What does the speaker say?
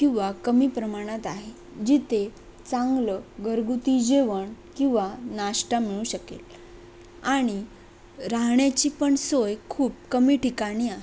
किंवा कमी प्रमाणात आहे जिथे चांगलं घरगुती जेवण किंवा नाश्टा मिळू शकेल आणि राहण्याची पण सोय खूप कमी ठिकाणी